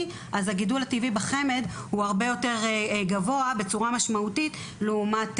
אז הגידול הטבעי בחמ"ד הוא הרבה יותר גבוה בצורה משמעותית לעומת